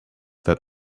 that